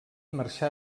marxà